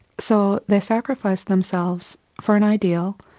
so they sacrifice themselves for an ideal,